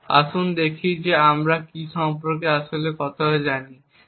সুতরাং আসুন দেখি আমরা কী সম্পর্কে আসলে কতটা জানি